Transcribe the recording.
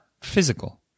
physical